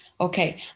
Okay